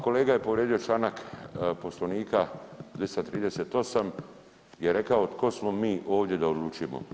Kolega je povrijedio članak Poslovnika 238., jer je rekao tko smo mi ovdje da odlučujemo.